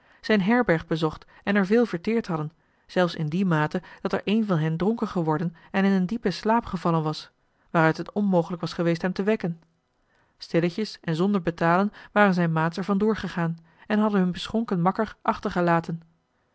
zijn herberg bezocht en er veel verteerd hadden zelfs in die mate dat er een van hen dronken geworden en in een diepen slaap gevallen was waaruit het onmogelijk was geweest hem te wekken stilletjes en zonder betalen waren zijn maats er van door gegaan en hadden hun beschonken makker achtergelaten